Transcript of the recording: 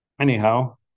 Anyhow